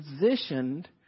positioned